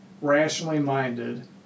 rationally-minded